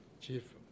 Chief